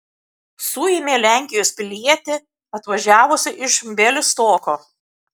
suėmė lenkijos pilietį atvažiavusį iš bialystoko